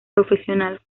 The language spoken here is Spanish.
profesional